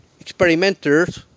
experimenters